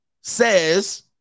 says